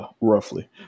roughly